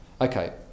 Okay